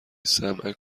سمعک